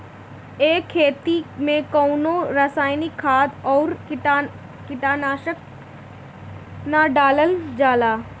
ए खेती में कवनो रासायनिक खाद अउरी कीटनाशक ना डालल जाला